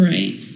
Right